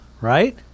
right